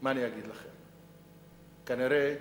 מה אני אגיד לכם, כנראה